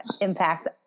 impact